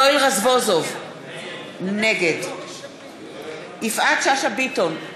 יואל רזבוזוב, נגד יפעת שאשא ביטון,